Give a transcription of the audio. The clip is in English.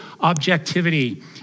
objectivity